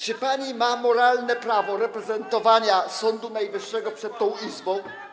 Czy pani ma moralne prawo reprezentowania Sądu Najwyższego przed tą Izbą?